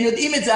הם יודעים את זה,